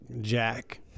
Jack